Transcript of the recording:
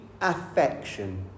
affection